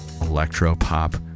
electro-pop